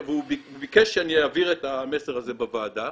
והוא ביקש שאעביר את המסר הזה בוועדה,